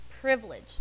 privilege